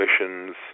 missions